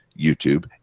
YouTube